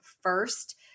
first